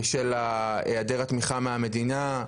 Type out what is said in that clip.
בשל היעדר התמיכה מהמדינה,